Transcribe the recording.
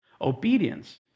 Obedience